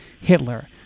Hitler